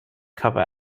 cover